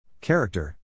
Character